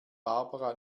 barbara